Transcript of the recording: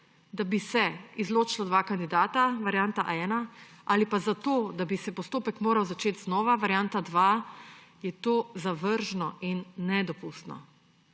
da bi se izločilo dva kandidata, varianta ena, ali pa zato, da bi se postopek moral začeti znova, varianta dva, je to zavržno in nedopustno.